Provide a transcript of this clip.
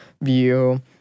view